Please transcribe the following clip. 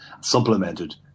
supplemented